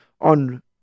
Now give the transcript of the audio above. on